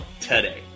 today